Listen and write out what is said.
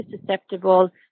susceptible